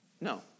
No